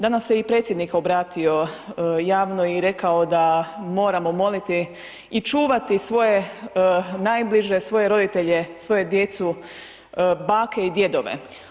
Danas se i Predsjednik obratio javno i rekao da moramo moliti i čuvati svoje najbliže, svoje roditelje, svoju djecu, bake i djedove.